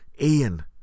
ian